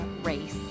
race